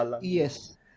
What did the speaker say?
Yes